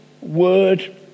Word